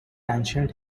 ancient